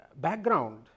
background